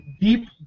Deep